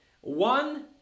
one